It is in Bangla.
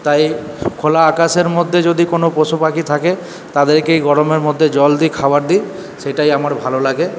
তাই খোলা আকাশের মধ্যে যদি কোন পশু পাখি থাকে তাদেরকে এই গরমের মধ্যে জল দিই খাবার দিই সেইটাই আমার ভালো লাগে